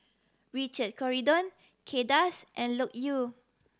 Richard Corridon Kay Das and Loke Yew